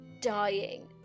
dying